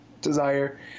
desire